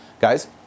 Guys